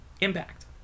impact